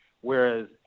Whereas